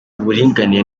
uburinganire